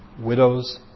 Widows